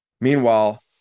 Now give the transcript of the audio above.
meanwhile